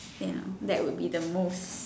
you know that would be the most